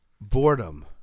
Boredom